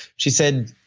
she said,